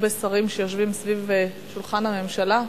כך הרבה שרים יושבים סביב שולחן הממשלה,